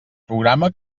programa